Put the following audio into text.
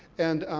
and,